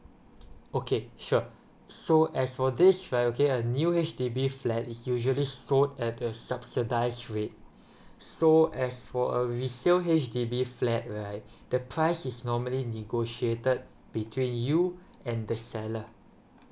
okay sure so as for this flat okay a new H_D_B flat is usually sold at the subsidised rate so as for a resale H_D_B flat right the price is normally negotiated between you and the seller